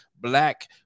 Black